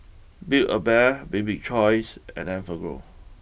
Build A Bear Bibik's choice and Enfagrow